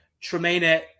Tremaine